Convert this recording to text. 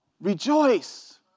rejoice